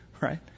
Right